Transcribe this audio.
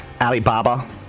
Alibaba